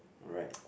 alright